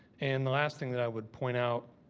and the last thing that i would point out